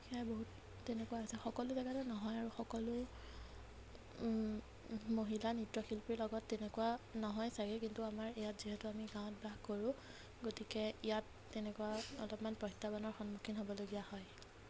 সেয়া বহুত তেনেকুৱা আছে সকলো জেগাতে নহয় আৰু সকলো মহিলা নৃত্য শিল্পীৰ লগত তেনেকুৱা নহয় চাগে কিন্তু আমাৰ ইয়াত যিহেতু আমি গাঁৱত বাস কৰোঁ গতিকে ইয়াত তেনেকুৱা অলপমান প্ৰত্যাহ্বানৰ সন্মুখীন হ'বলগীয়া হয়